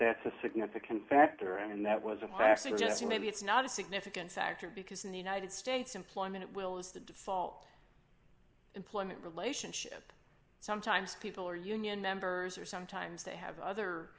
that's a significant factor and that was a factor yes maybe it's not a significant factor because in the united states employment will is the default employment relationship sometimes people are union members or sometimes they have other